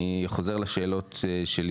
אני חוזר לשאלות שלי,